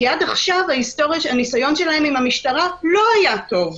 עד עכשיו הניסיון שלהן עם המשטרה לא היה טוב.